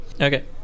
okay